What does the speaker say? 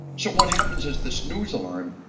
so what happens is this news alarm,